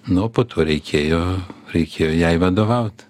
nu o po to reikėjo reikėjo jai vadovaut